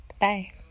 Bye